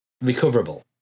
recoverable